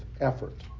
effort